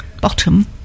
bottom